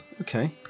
Okay